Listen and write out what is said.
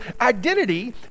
identity